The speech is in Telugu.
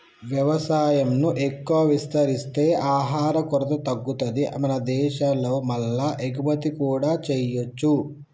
వ్యవసాయం ను ఎక్కువ విస్తరిస్తే ఆహార కొరత తగ్గుతది మన దేశం లో మల్ల ఎగుమతి కూడా చేయొచ్చు